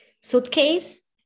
suitcase